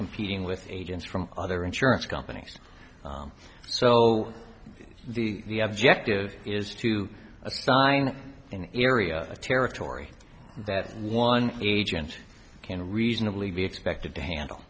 competing with agents from other insurance companies so the objective is to assign an area of territory that one agent can reasonably be expected to handle